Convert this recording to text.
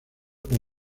con